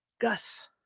Gus